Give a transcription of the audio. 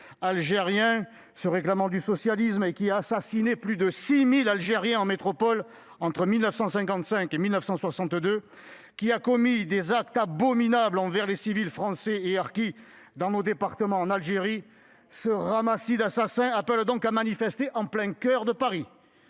se réclamant du socialisme, qui a assassiné plus de 6 000 Algériens en métropole entre 1955 et 1962, qui a commis des actes abominables envers les civils français et les harkis dans nos départements en Algérie, ce ramassis d'assassins appelle donc à manifester en plein coeur de Paris.